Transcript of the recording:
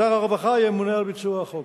שר הרווחה יהיה ממונה על ביצוע החוק.